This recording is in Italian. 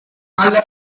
alla